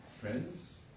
friends